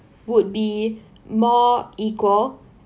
would be more equal